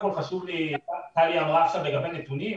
טלי אמרה לגבי נתונים,